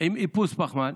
עם איפוס פחמן.